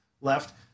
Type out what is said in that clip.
left